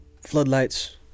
Floodlights